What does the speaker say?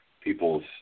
people's